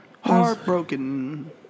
Heartbroken